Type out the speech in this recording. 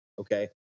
Okay